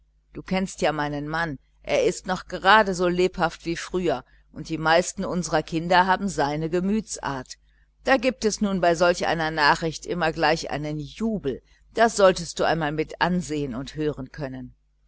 du kennst ja meinen mann er ist noch gerade so lebhaft wie früher und die meisten unserer kinder haben sein temperament da gibt es nun bei solch einer nachricht immer gleich einen jubel das solltest du nur einmal mit ansehen und hören können